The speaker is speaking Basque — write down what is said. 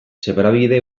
zebrabide